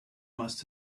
must